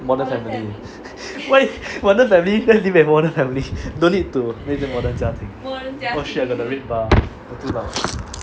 modern family why modern family just leave as modern family don't need to say modern 家庭 oh shit I got the red bar got too loud